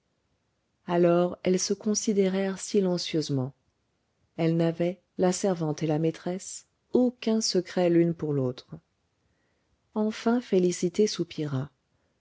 alors elles se considérèrent silencieusement elles n'avaient la servante et la maîtresse aucun secret l'une pour l'autre enfin félicité